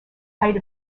height